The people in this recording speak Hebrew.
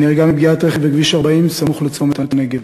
היא נהרגה מפגיעת רכב בכביש 40 סמוך לצומת הנגב.